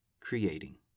creating